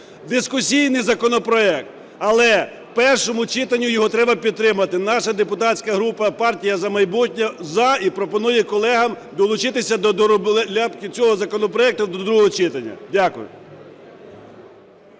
Дискусійний законопроект. Але в першому читанні його треба підтримати. Наша депутатська група "Партія "За майбутнє" "за" і пропонує колегам долучитися до обробки цього законопроекту до другого читання. Дякую.